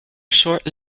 short